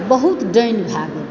बहुत डाइन भए गेल यऽ